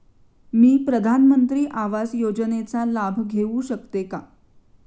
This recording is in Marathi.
मी प्रधानमंत्री आवास योजनेचा लाभ घेऊ शकते का?